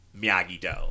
Miyagi-Do